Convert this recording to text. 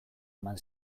eman